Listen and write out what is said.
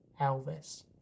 Elvis